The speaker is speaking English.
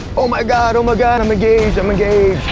oh my god, oh my god, i'm engaged, i'm engaged!